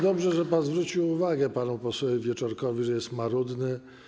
Dobrze, że pan zwrócił uwagę panu posłowi Wieczorkowi, że jest marudny.